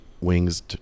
wings